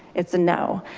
it's a no.